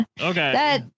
Okay